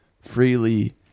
freely